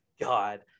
god